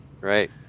right